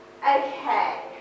Okay